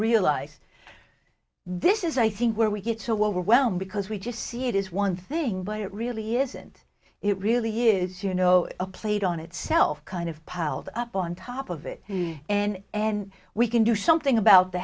realize this is i think where we get so well because we just see it is one thing but it really isn't it really is you know a plate on itself kind of piled up on top of it and and we can do something about the